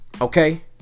Okay